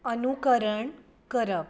अनुकरण करप